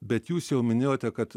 bet jūs jau minėjote kad